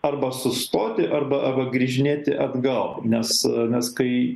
arba sustoti arba arba grįžinėti atgal nes nes kai